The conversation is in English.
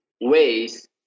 ways